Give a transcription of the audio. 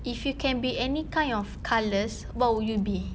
if you can be any kind of colours what will you be